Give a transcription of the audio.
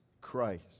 Christ